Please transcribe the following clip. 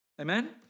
Amen